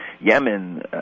Yemen